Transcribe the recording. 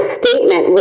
statement